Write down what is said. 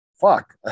fuck